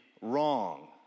wrong